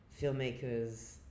filmmakers